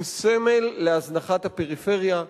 הוא סמל להזנחת הפריפריה,